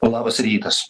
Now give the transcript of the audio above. labas rytas